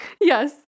Yes